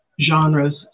genres